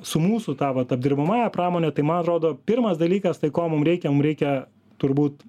su mūsų ta vat apdirbamąja pramone tai man atrodo pirmas dalykas tai ko mum reikia mum reikia turbūt